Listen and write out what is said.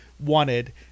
wanted